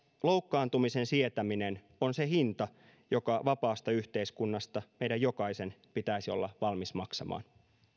loukkaantumisen sietäminen on se hinta joka vapaasta yhteiskunnasta meidän jokaisen pitäisi olla valmis maksamaan